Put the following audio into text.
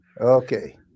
Okay